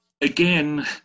Again